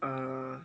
uh